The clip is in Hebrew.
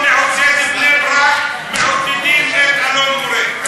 במקום לעודד את בני-ברק מעודדים את אלון-מורה.